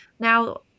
Now